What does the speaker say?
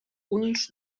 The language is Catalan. uns